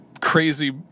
crazy